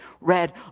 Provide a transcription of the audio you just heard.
read